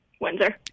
Windsor